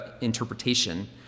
interpretation